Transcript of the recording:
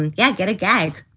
and yeah get a gag